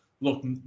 look